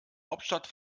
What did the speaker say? hauptstadt